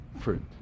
fruit